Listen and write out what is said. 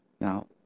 Now